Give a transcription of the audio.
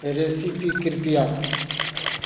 recipe कृपया